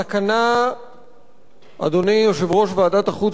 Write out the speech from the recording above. אדוני יושב-ראש ועדת החוץ והביטחון של הכנסת,